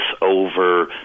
over